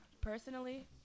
Personally